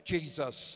Jesus